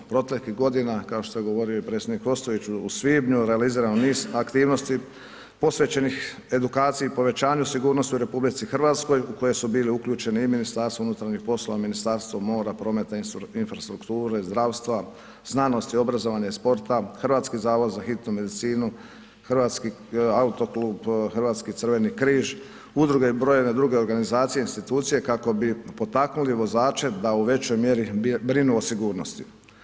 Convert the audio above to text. Proteklih godina, kao što je govorio i predsjednik Ostojić u svibnju, realiziran je niz aktivnosti posvećenih edukaciji, povećanju sigurnosti u RH u koje su bili uključeni i MUP, Ministarstvo mora, prometa i infrastrukture, zdravstva, znanosti, obrazovanja i sporta, Hrvatski zavod za hitnu medicinu, HAK, hrvatski Crveni križ, udruge i brojne druge organizacije i institucije kako bi potaknuli vozače da u većoj mjeri brinu o sigurnosti.